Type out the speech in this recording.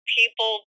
people